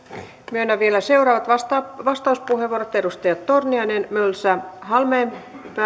myönnän vielä seuraavat vastauspuheenvuorot edustajille torniainen mölsä halmeenpää